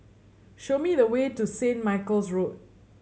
show me the way to Saint Michael's Road